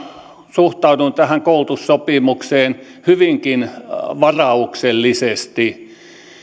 suhtauduin tähän koulutussopimukseen hyvinkin varauksellisesti